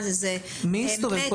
היה כאן